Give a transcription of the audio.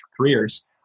careers